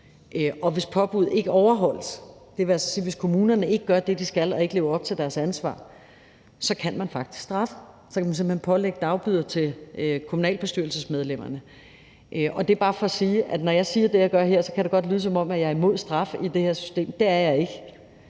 vil altså sige, hvis kommunerne ikke gør det, de skal, og ikke lever op til deres ansvar – så kan man faktisk straffe. Så kan man simpelt hen pålægge kommunalbestyrelsesmedlemmerne dagbøder. Det er bare for at sige, at når jeg siger det, jeg gør her, kan det godt lyde, som om jeg er imod straf i det her system. Det er jeg ikke.